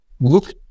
look